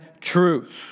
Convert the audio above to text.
truth